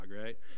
right